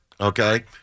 okay